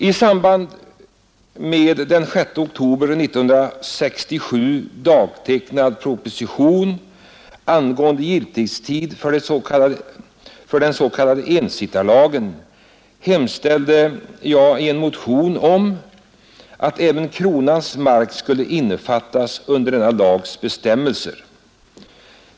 I samband med propositionen, dagtecknad den 6 oktober 1967, angående giltighetstid för den s.k. ensittarlagen hemställde jag i en motion att även kronans mark skulle innefattas under denna lags bestämmelser.